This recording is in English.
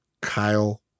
Kyle